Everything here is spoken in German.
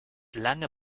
lange